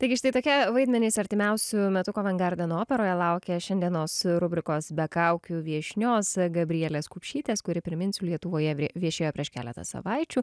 taigi štai tokie vaidmenys artimiausiu metu kovengarden operoje laukia šiandienos rubrikos be kaukių viešnios gabrielės kupšytės kuri priminsiu lietuvoje viešėjo prieš keletą savaičių